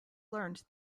learned